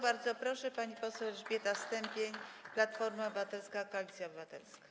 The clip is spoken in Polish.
Bardzo proszę, pani poseł Elżbieta Stępień, Platforma Obywatelska - Koalicja Obywatelska.